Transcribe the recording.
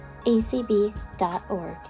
acb.org